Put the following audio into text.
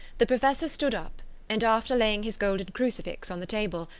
the professor stood up and, after laying his golden crucifix on the table,